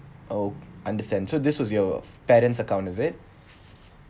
oh understand so this was your parent's account is it